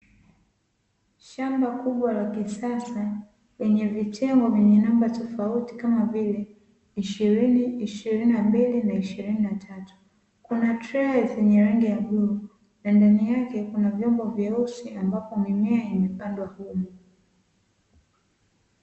Shamba kubwa la kisasa lenye vitengo vyenye namba tofauti kama vile ishirini, ishirini na mbili na ishirini na tatu. Kuna trei zenye rangi ya blue na ndani yake kuna vyombo vyeusi ambapo mimea imepandwa humu.